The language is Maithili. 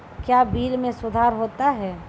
क्या बिल मे सुधार होता हैं?